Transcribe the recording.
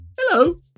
hello